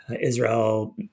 Israel